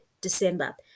December